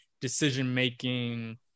decision-making –